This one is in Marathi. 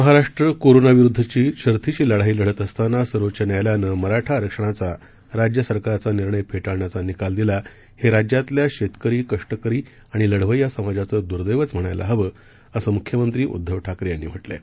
महाराष्ट्र कोरोना विरुद्धची शर्थीची लढाई लढत असताना सर्वोच्च न्यायालयानं मराठा आरक्षणाचा राज्य सरकारचा निर्णय फेटाळण्याचा निकाल दिला हे राज्यातल्या शेतकरी कष्टकरी आणि लढवय्या समाजाचं दुर्देवच म्हणायला हवं असं मुख्यमंत्री उद्धव ठाकरे यांनी म्हटलं आहे